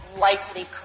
likely